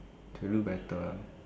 to do better